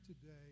today